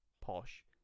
posh